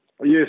Yes